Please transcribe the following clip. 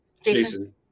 Jason